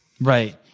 Right